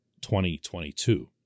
2022